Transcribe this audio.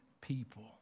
people